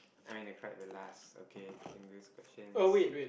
I mean I cried the last okay in this question